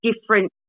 different